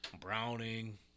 Browning